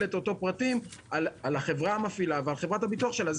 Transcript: את אותם פרטים על החברה המפעילה ועל חברת הביטוח שלה.